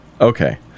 okay